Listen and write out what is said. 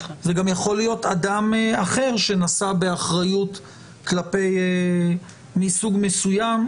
זה גם יכול להיות אדם אחר שנשא באחריות מסוג מסוים.